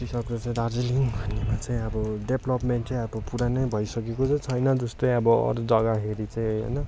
जति सक्दो चाहिँ दार्जिलिङ भनेको चाहिँ अब डेभलोपमेन्ट चाहिँ अब पुरा नै भइसकेको चाहिँ छैन जस्तै अब अरू जग्गा हेरी चाहिँ होइन